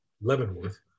Leavenworth